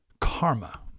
karma